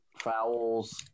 fouls